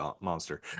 monster